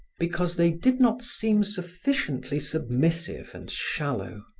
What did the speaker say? because they did not seem sufficiently submissive and shallow.